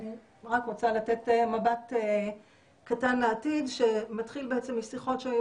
אני רוצה לתת מבט קטן לעתיד שמתחיל משיחות שהיו